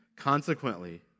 Consequently